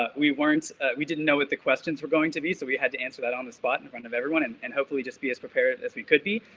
but we weren't we didn't know what the questions were going to be, so we had to answer that on the spot in front of everyone and and hopefully just be as prepared as we could be.